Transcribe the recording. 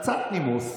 אבל קצת נימוס.